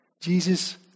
Jesus